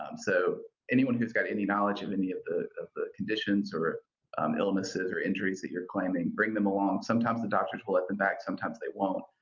um so anyone who's got any knowledge of any of the of the conditions or um illnesses or injuries that your claiming, bring them along. sometimes the doctors will let them back, sometimes they won't,